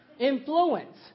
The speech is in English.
influence